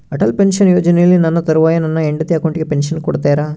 Atal pension ಯೋಜನೆಯಲ್ಲಿ ನನ್ನ ತರುವಾಯ ನನ್ನ ಹೆಂಡತಿ ಅಕೌಂಟಿಗೆ ಪೆನ್ಶನ್ ಕೊಡ್ತೇರಾ?